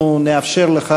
אנחנו נאפשר לך,